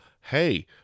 Hey